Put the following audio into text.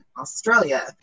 Australia